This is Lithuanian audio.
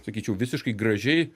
sakyčiau visiškai gražiai